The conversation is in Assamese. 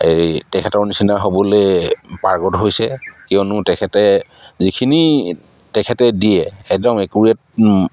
এই তেখেতৰ নিচিনা হ'বলৈ পাৰ্গত হৈছে কিয়নো তেখেতে যিখিনি তেখেতে দিয়ে একদম একুৰেট